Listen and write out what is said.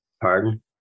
pardon